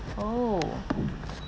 oh